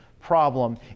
problem